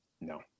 No